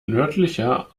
nördlicher